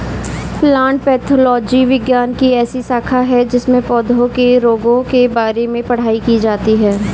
plant pathology विज्ञान की ऐसी शाखा है जिसमें पौधों के रोगों के बारे में पढ़ाई की जाती है